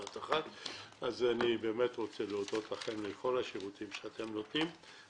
על כל השירותים שאתן נותנות.